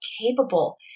capable